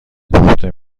پخته